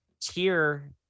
tier